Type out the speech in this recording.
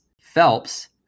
Phelps